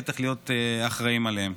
ובטח להיות אחראים עליהם.